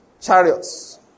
chariots